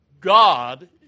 God